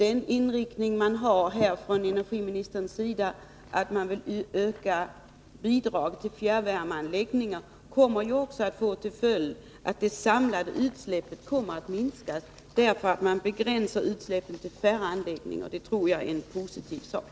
Energiministerns inriktning på att öka bidraget till fjärrvärmeanläggningar kommer också att få till följd att de samlade utsläppen minskar — man begränsar då utsläppen till färre anläggningar, och det tror jag är en positiv sak.